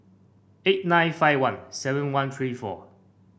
eight nine five one seven one three four